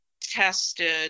tested